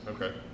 okay